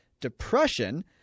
depression